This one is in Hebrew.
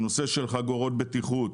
הנושא של חגורות בטיחות,